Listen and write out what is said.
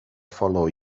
follow